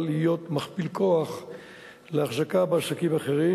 להיות מכפיל כוח לאחזקה בעסקים אחרים.